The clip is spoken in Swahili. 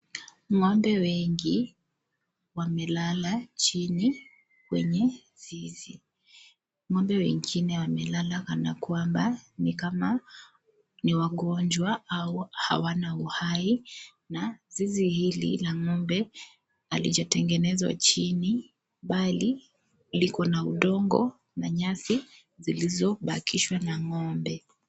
Ng'ombe wengi, wamelala chini kwenye zizi. Ng'ombe wengine wamelala kana kwamba ni kama ni wagonjwa au hawana uhai. Na zizi hili la ng'ombe halijatengenezwa chini bali liko na udongo na nyasi zilizobakishwa na ng'ombe.